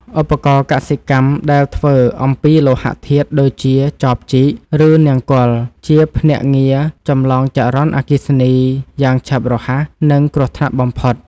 ឧបករណ៍កសិកម្មដែលធ្វើអំពីលោហធាតុដូចជាចបជីក ឬនង្គ័លជាភ្នាក់ងារចម្លងចរន្តអគ្គិសនីយ៉ាងឆាប់រហ័ស និងគ្រោះថ្នាក់បំផុត។